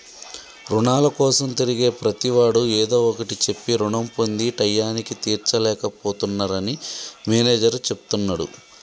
రుణాల కోసం తిరిగే ప్రతివాడు ఏదో ఒకటి చెప్పి రుణం పొంది టైయ్యానికి తీర్చలేక పోతున్నరని మేనేజర్ చెప్తున్నడు